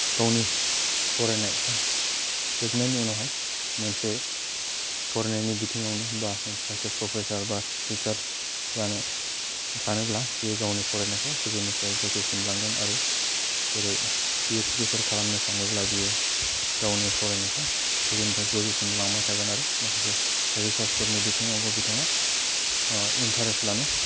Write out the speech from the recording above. गावनि फरायनाय जोबनायनि उनावहाय मोनसे फरायनायनि बिथिंआवनो बा सासे प्रफेशार बा तिचार जानो सानोब्ला बे गावनि फरायनायखौ गोजौनिफ्राय गोजौसिम लांगोन आरो जेरै पिऐत्सदि फोर खालामनो सानोबा बियो गावनि फरायनायखौ गोजौनिफ्राय गोजौसिन लांबाय थागोन आरो माखासे रिसार्स फोरनि बिथिंआवबो बिथांआ इन्टारेस्त लानो